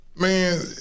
Man